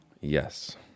Yes